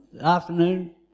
afternoon